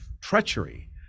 treachery